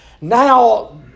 now